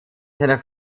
seiner